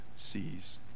sees